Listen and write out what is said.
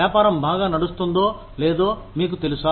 వ్యాపారం బాగా నడుస్తుందో లేదో మీకు తెలుసా